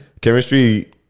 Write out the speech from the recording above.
Chemistry